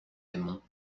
aimons